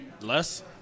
Less